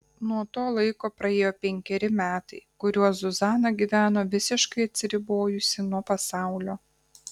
nuo to laiko praėjo penkeri metai kuriuos zuzana gyveno visiškai atsiribojusi nuo pasaulio